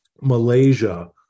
Malaysia